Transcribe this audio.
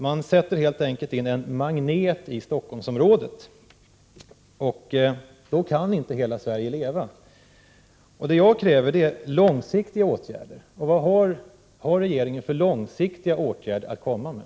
Man sätter helt enkelt in en magnet i Stockholmsområdet, och då kan inte hela Sverige leva. Det jag kräver är långsiktiga åtgärder. Vad har regeringen för långsiktiga åtgärder att komma med?